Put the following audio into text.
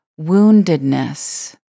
woundedness